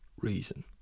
reason